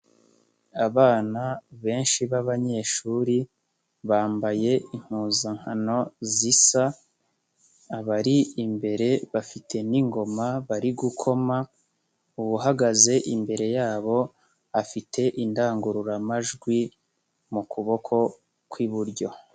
Abana benshi b'abanyeshuri bambaye impuzankano zisa, abari imbere bafite n'ingoma bari gukoma, uwo uhagaze imbere yabo, afite indangururamajwi, mu kuboko kw'iburyo.